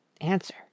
ANSWER